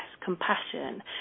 compassion